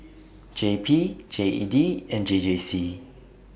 J P G E D and J J C